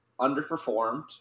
underperformed